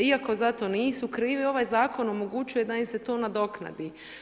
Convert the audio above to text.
Iako za to nisu krivi, ovaj zakon omogućuje da im se to nadoknadi.